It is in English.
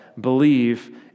believe